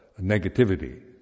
negativity